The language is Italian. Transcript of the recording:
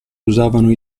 usavano